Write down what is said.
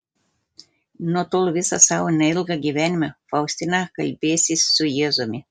nuo tol visą savo neilgą gyvenimą faustina kalbėsis su jėzumi